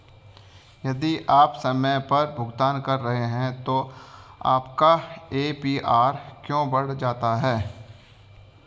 यदि आप समय पर भुगतान कर रहे हैं तो आपका ए.पी.आर क्यों बढ़ जाता है?